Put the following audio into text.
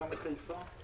היה גם בחיפה.